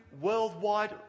worldwide